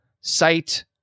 site